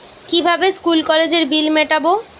কিভাবে স্কুল কলেজের বিল মিটাব?